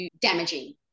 damaging